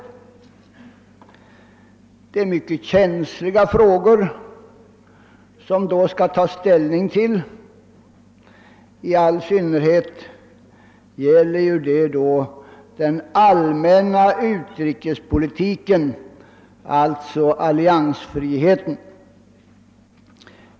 Det är mycket känsliga frågor som man då skall ta ställning till. I all synnerhet gäller det ju den allmänna utrikespolitiken, alltså alliansfriheten.